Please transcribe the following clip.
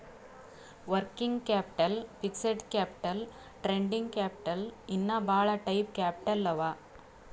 working capital, fixed capital, trading capital ಇನ್ನಾ ಭಾಳ type capital ಅವಾ